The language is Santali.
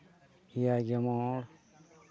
ᱮᱭᱟᱭ ᱜᱮ ᱢᱚᱬ